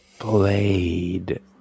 Blade